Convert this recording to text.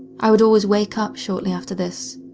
i would always wake up shortly after this,